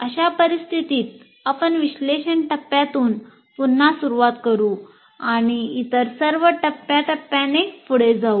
अशा परिस्थितीत आपण विश्लेषण टप्प्यातून पुन्हा सुरुवात करु आणि इतर सर्व टप्प्याटप्प्याने पुढे जाऊ